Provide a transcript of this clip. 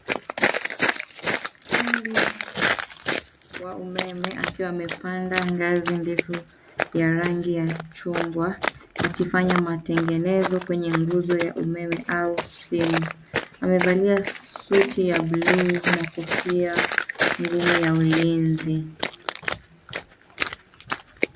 Fundi wa umeme akiwa amepanda ngazi ndefu ya rangi ya chungwa, akifanya matengenezo kwenye nguzo ya umeme au simu. Amevalia suti ya bluu na kofia ngumu ya ulinzi.